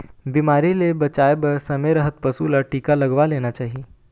बिमारी ले बचाए बर समे रहत पशु ल टीका लगवा लेना चाही